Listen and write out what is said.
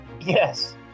yes